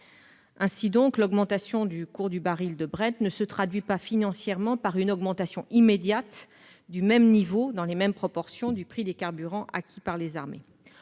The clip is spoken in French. Ainsi, l'augmentation du cours du baril de ne se traduit pas, financièrement, par une augmentation immédiate et de mêmes proportions du prix des carburants acquis par les armées.